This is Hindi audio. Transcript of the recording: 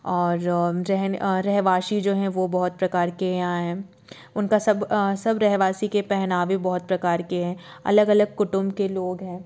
और जहन रहवासी जो हैं वो बहुत प्रकार के यहाँ हैं उनका सब सब रहवासी के पहनावे बहुत प्रकार के हैं अलग अलग कुटुंब के लोग हैं